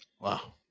Wow